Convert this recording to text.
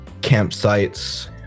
campsites